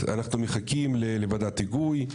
אנחנו מחכים לוועדת היגוי,